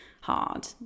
hard